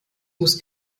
muss